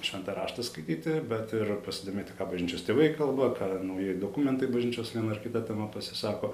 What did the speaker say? šventą raštą skaityti bet ir pasidomėti ką bažnyčios tėvai kalba ką naujieji dokumentai bažnyčios viena ar kita tema pasisako